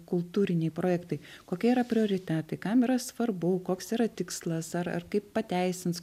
kultūriniai projektai kokie yra prioritetai kam yra svarbu koks yra tikslas ar ar kaip pateisins